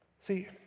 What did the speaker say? See